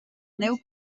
neu